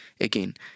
Again